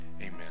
amen